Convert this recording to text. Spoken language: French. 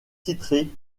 titré